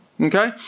okay